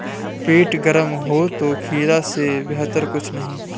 पेट गर्म हो तो खीरा से बेहतर कुछ नहीं